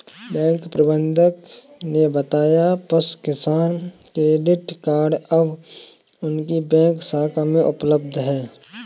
bank प्रबंधक ने बताया पशु किसान क्रेडिट कार्ड अब उनकी बैंक शाखा में उपलब्ध है